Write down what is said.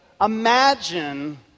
imagine